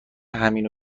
همینو